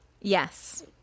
Yes